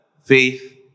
faith